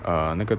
err 那个